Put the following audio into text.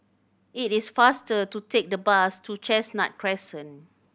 it is faster to take the bus to Chestnut Crescent